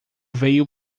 veio